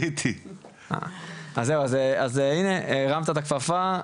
אז זהו הנה הרמת את הכפפה,